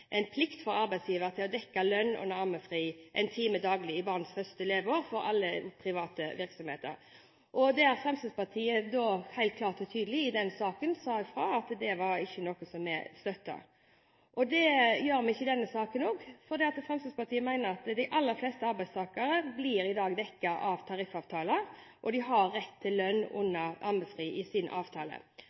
time daglig i barnets første leveår for alle private virksomheter, og der Fremskrittspartiet i den saken helt klart og tydelig sa fra at det ikke var noe som vi støtter. Det gjør vi ikke i denne saken heller, for Fremskrittspartiet mener at de aller fleste arbeidstakere i dag blir dekket av tariffavtaler, og de har rett til lønn under ammefri i